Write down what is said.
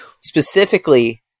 Specifically